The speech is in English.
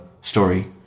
story